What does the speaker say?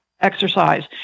exercise